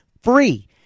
free